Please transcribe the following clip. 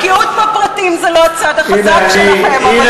בקיאות בפרטים זה לא הצד החזק שלכם, אבל לא חשוב.